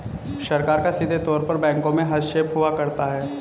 सरकार का सीधे तौर पर बैंकों में हस्तक्षेप हुआ करता है